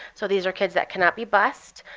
so these are kids that cannot be bused.